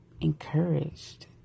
encouraged